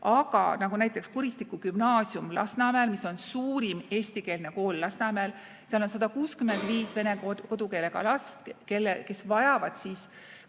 aga näiteks Kuristiku Gümnaasium Lasnamäel, mis on suurim eestikeelne kool Lasnamäel, seal on 165 vene kodukeelega last, kes vajavad ka eraldi